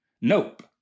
Nope